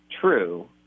true